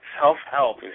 Self-help